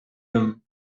them